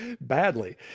badly